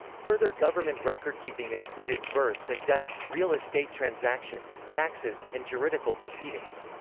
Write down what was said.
further government recordkeeping included births and deaths, real estate transactions, taxes, and juridical proceedings.